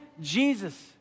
Jesus